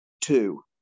Two